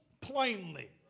plainly